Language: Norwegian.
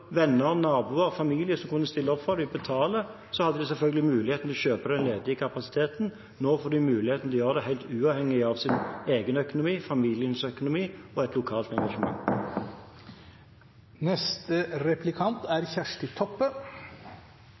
venner, naboer og familie som kunne stille opp for dem og betale, hadde de selvfølgelig muligheten til å kjøpe den ledige kapasiteten. Nå får de muligheten til behandling, helt uavhengig av egen økonomi, familiens økonomi og et lokalt engasjement.